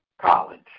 college